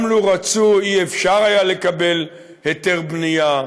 גם לו רצו, לא היה אפשר לקבל היתר בנייה.